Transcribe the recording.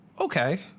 okay